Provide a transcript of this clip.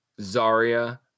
Zarya